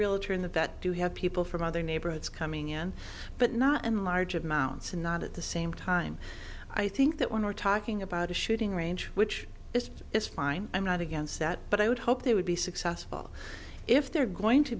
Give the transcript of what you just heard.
vet do have people from other neighborhoods coming in but not in large amounts and not at the same time i think that when we're talking about a shooting range which is it's fine i'm not against that but i would hope they would be successful if they're going to